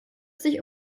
sich